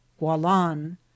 gualan